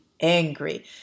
angry